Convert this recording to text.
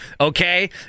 okay